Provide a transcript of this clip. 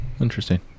interesting